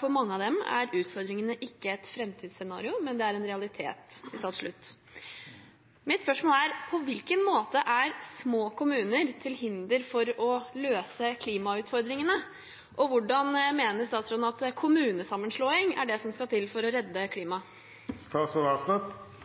For mange av dem er utfordringene ikke et fremtidsscenario. Det er en realitet.» På hvilken måte er små kommuner til hinder for å løse klimautfordringene, og hvordan mener statsråden at kommunesammenslåing vil redde klimaet?» Jeg sier ikke at kommunesammenslåing vil redde klimaet.